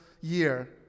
year